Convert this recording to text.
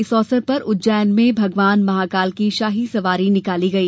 इस अवसर पर उज्जैन में भगवान महाकाल की शाही सवारी निकाली गई